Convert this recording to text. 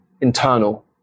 internal